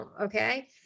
okay